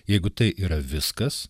jeigu tai yra viskas